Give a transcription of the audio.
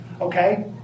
okay